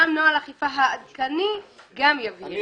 גם נוהל האכיפה העדכני יבהיר את זה.